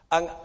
Ang